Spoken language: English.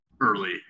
early